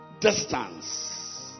distance